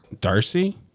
Darcy